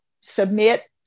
submit